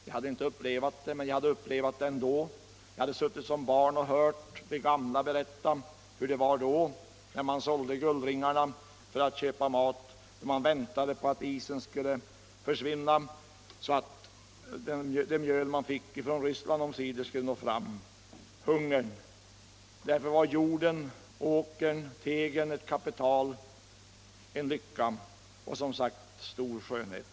Jag hade inte upplevt det, men jag hade suttit som barn och hört de gamla berätta hur det var då, när man sålde guldringarna för att köpa mat, när man väntade på att isen skulle försvinna så att det mjöl man fick från Ryssland omsider skulle nå fram. Man kände hungern. Därför var jorden, åkern, tegen ett kapital, en lycka och, som sagt, stor skönhet.